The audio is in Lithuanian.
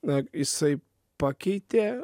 na jisai pakeitė